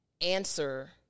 answer